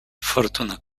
fortuna